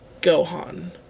Gohan